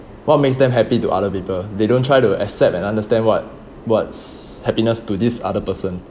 what makes them happy to other people they don't try to accept and understand what what's happiness to this other person